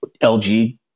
LG